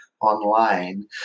online